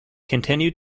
continued